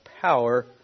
power